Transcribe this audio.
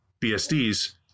BSDs